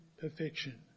perfection